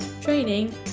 training